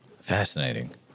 Fascinating